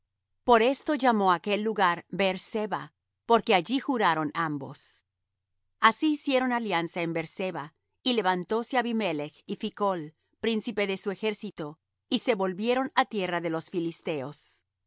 por esto llamó á aquel lugar beer-seba porque allí juraron ambos así hicieron alianza en beer-seba y levantóse abimelech y phicol príncipe de su ejército y se volvieron á tierra de los filisteos y